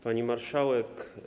Pani Marszałek!